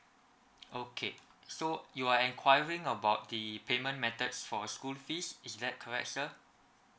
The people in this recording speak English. okay so you are enquiring about the payment methods for school fees is that correct sir